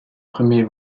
premier